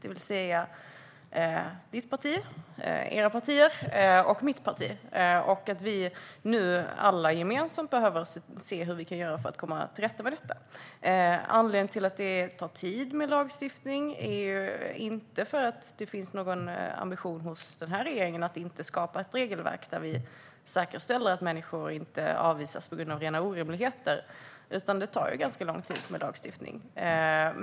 Det var alltså ditt parti, era partier och mitt parti som gjorde det. Vi behöver nu alla gemensamt se hur vi kan göra för att komma till rätta med detta. Anledningen till att det tar tid med lagstiftning är inte att det inte finns någon ambition hos regeringen att skapa ett regelverk där vi säkerställer att människor inte avvisas på grund av rena orimligheter. Anledningen är att det tar ganska lång tid med lagstiftningen.